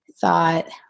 thought